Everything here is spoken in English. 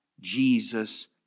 Jesus